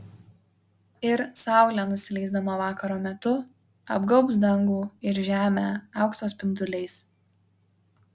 ir saulė nusileisdama vakaro metu apgaubs dangų ir žemę aukso spinduliais